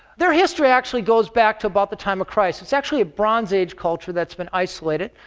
their history actually goes back to about the time of christ. it's actually a bronze age culture that's been isolated.